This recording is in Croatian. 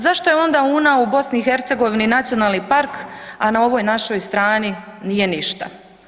Zašto je onda Una u BiH nacionalni park, a na ovoj našoj strani nije ništa?